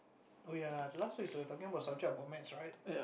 oh ya last week we were talking about subject about maths right